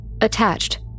Attached